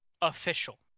official